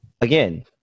Again